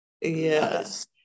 Yes